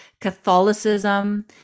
Catholicism